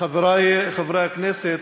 חברי חבר הכנסת,